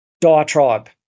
diatribe